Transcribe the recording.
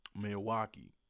Milwaukee